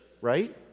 right